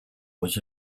was